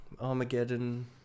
Armageddon